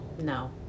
no